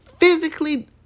physically